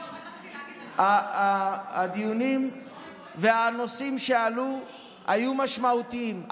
הדיונים והנושאים שעלו היו משמעותיים,